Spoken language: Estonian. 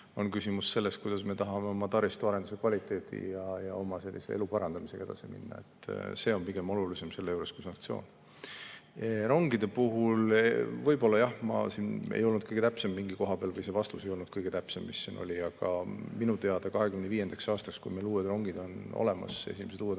on küsimus selles, kuidas me tahame oma taristuarenduse kvaliteedi ja oma elu parandamisega edasi minna. See on selle juures olulisem kui sanktsioon. Rongide puhul – võib-olla jah, ma ei olnud kõige täpsem mingi koha peal või see vastus ei olnud kõige täpsem, mis siin oli. Aga minu teada 2025. aastal, kui meil esimesed uued rongid on olemas, siis